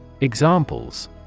Examples